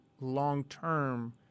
long-term